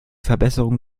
verbesserung